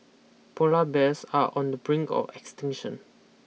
polar bears are on the brink of extinction